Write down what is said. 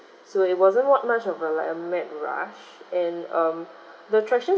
so it wasn't what much of a like a mad rush and um the attractions